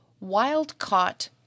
Wild-caught